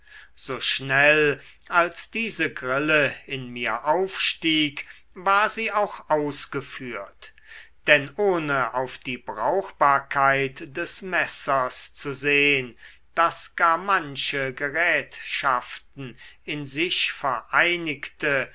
so schnell als diese grille in mir aufstieg war sie auch ausgeführt denn ohne auf die brauchbarkeit des messers zu sehn das gar manche gerätschaften in sich vereinigte